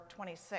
26